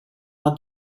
our